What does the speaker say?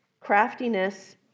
craftiness